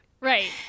Right